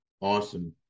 Awesome